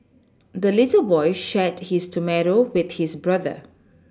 the little boy shared his tomato with his brother